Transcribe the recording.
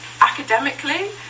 academically